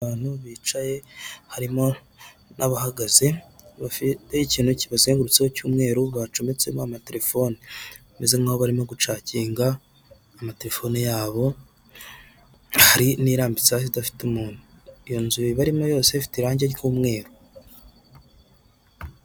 Abantu bicaye harimo n'abahagaze, bafite ikintu kibazengurutseho cy'umweru, bacometsemo amatelefonemeze nk'a barimo gucaginga amatelefone yabo, hari n'irambitse hasi idafite umuntu, iyo nzu baririmo yose ifite irangi ry'umweru.